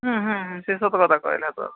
ହୁଁ ହୁଁ ହୁଁ ସେଇ ସତ କଥା କହିଲେ